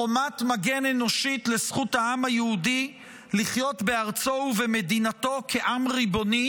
חומת מגן אנושית לזכות העם היהודי לחיות בארצו ובמדינתו כעם ריבוני